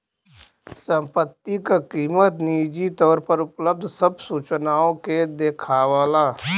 संपत्ति क कीमत निजी तौर पर उपलब्ध सब सूचनाओं के देखावला